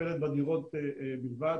שמטפלת בדירות בלבד.